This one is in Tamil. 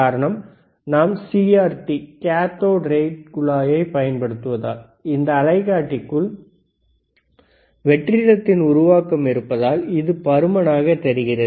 காரணம் நாம் சிஆர்டி கேத்தோடு கதிர் குழாய் ஐப் பயன்படுத்துவதால் இந்த அலைக்காட்டிக்குள் வெற்றிடத்தின் உருவாக்கம் இருப்பதால் இது பருமனாக தெரிகிறது